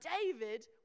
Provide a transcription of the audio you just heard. David